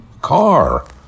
car